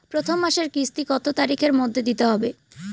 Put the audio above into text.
প্রথম মাসের কিস্তি কত তারিখের মধ্যেই দিতে হবে?